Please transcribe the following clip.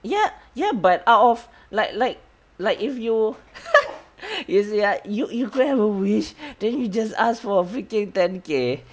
ya ya but out of like like like if you is you you crave for a wish then you just ask for a freaking ten K